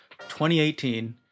2018